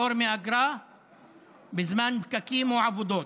פטור מאגרה בזמן פקקים או עבודות.